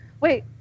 wait